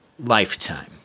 lifetime